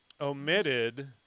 omitted